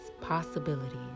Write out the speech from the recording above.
possibilities